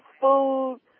food